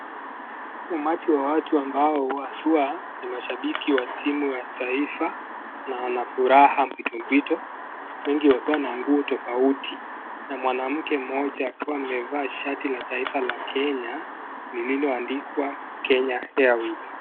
Umati wa watu ambao haswa ni mashambiki wa timu ya taifa na wana furaha mpwitompwito wengi wakiwa na nguo tofauti na mwanamke mmoja akiwa amevaa shati la taifa la Kenya lililoandikwa Kenya Airways.